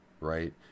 right